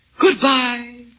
Goodbye